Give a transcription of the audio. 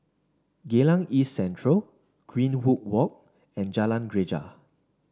Geylang East Central Greenwood Walk and Jalan Greja